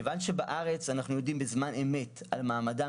כיוון שבארץ אנחנו יודעים בזמן אמת על מעמדם